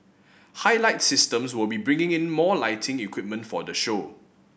Highlight Systems will be bringing in more lighting equipment for the show